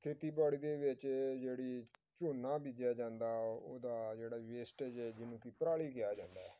ਖੇਤੀਬਾੜੀ ਦੇ ਵਿੱਚ ਜਿਹੜੀ ਝੋਨਾ ਬੀਜਿਆ ਜਾਂਦਾ ਉਹਦਾ ਜਿਹੜਾ ਵੇਸਟਜ਼ ਜਿਹਨੂੰ ਕਿ ਪਰਾਲੀ ਕਿਹਾ ਜਾਂਦਾ